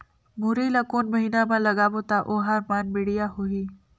मुरई ला कोन महीना मा लगाबो ता ओहार मान बेडिया होही?